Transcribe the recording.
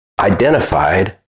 identified